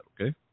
okay